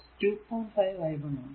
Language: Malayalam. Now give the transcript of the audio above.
5 i 3 ആണ്